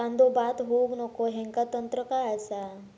कांदो बाद होऊक नको ह्याका तंत्र काय असा?